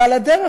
ועל הדרך,